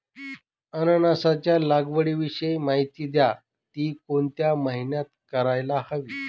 अननसाच्या लागवडीविषयी माहिती द्या, ति कोणत्या महिन्यात करायला हवी?